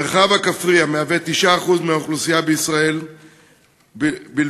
המרחב הכפרי הוא 9% מהאוכלוסייה בישראל בלבד,